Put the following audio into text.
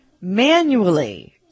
manually